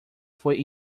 foi